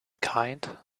kind